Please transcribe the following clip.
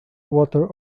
water